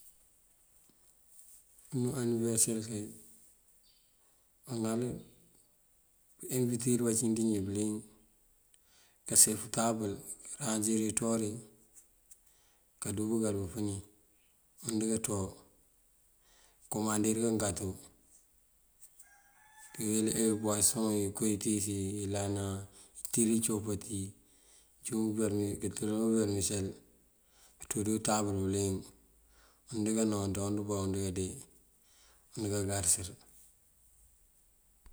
Unú aniberëser njí mëŋal pëwitir bancínţ njí bëliyëng. Kasëf untabël karaŋëzir inţúuwari kandúu bëkël bumpëni und keenţúuwar. Kankumandir kagato buwasoŋ ngí inko intíis iyí ilana tër icopati kanţú uberëmisel kënţú dí untabël bëliyëng. Und kanonţ ondëbá und kandee und kagarësa.